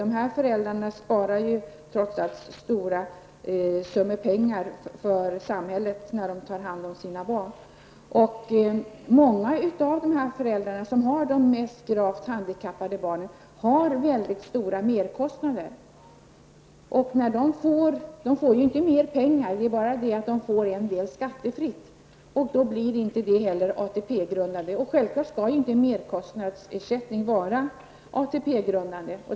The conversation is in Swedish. De föräldrarna sparar trots allt stora summor pengar åt samhället när de tar hand om sina barn. Många av de föräldrar som har de mest gravt handikappade barnen har mycket stora merkostnader. De får inte mer pengar -- det är bara det att det får en del skattefritt. Då blir det inte heller ATP-grundande, och självfallet skall en merkostnadsersättning inte vara ATP-grundande.